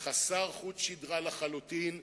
חסר חוט שדרה לחלוטין,